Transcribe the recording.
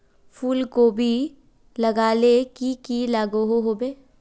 फूलकोबी लगाले की की लागोहो होबे?